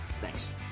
Thanks